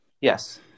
Yes